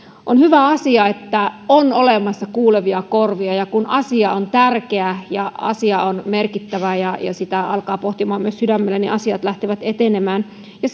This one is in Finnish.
on hyvä asia että on olemassa kuulevia korvia ja kun asia on tärkeä ja asia on merkittävä ja sitä alkaa pohtimaan myös sydämellään niin asiat lähtevät etenemään ja